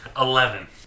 Eleven